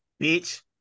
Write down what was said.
Bitch